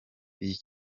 iyi